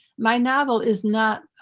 my novel is not,